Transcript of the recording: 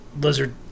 Lizard